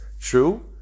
true